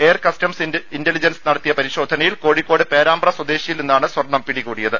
air customs intelligence നടത്തിയ പരിശോധനയിൽ കോഴിക്കോട് പേരാമ്പ്ര സ്വദേശിയിൽ നിന്നാണ് സ്വർണം പിടികൂടിയത്